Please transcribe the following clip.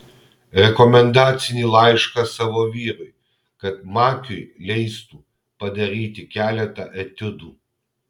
rekomendacinį laišką savo vyrui kad makiui leistų padaryti keletą etiudų